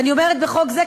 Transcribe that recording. ואני אומרת בחוק זה,